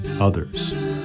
others